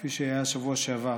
כפי שהיה בשבוע שעבר,